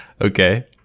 Okay